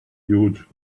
huge